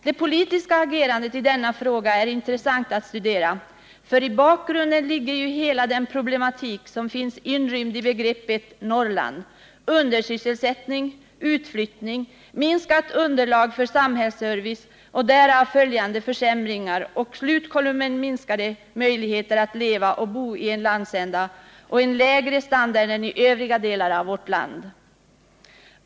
Det politiska agerandet i denna fråga är intressant att studera, för i bakgrunden ligger ju hela den problematik som finns inrymd i begreppet Norrland: undersysselsättning, utflyttning, minskat underlag för samhällsservice och därav följande försämringar och i slutkolumnen minskade möjligheter att leva och bo i landsändan och en lägre standard än i övriga delar av vårt land.